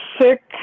sick